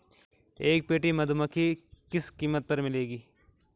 एक पेटी मधुमक्खी किस कीमत पर मिलेगी?